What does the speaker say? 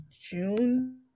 June